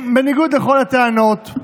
בניגוד לכל הטענות,